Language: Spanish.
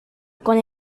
con